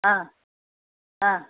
ஆ ஆ